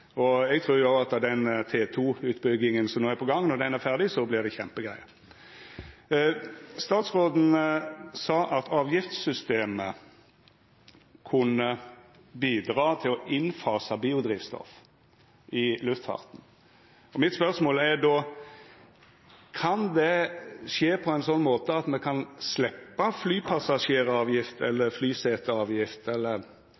Eg trur òg at når den T2-utbygginga som no er i gang, er ferdig, vert det kjempegreier. Statsråden sa at avgiftssystemet kan bidra til å fasa inn biodrivstoff i luftfarten. Mitt spørsmål er då: Kan det skje på ein sånn måte at me kan sleppa flypassasjeravgift eller